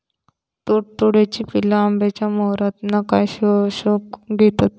तुडतुड्याची पिल्ला आंब्याच्या मोहरातना काय शोशून घेतत?